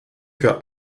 für